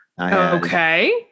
Okay